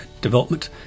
development